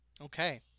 Okay